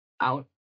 out